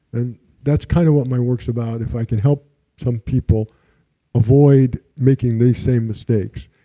and that's kind of what my works about, if i can help some people avoid making these same mistakes.